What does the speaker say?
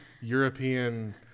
European